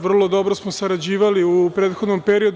Vrlo dobro smo sarađivali u prethodnom periodu.